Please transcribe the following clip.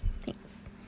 Thanks